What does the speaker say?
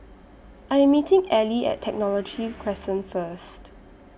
I Am meeting Ally At Technology Crescent First